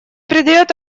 придает